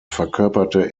verkörperte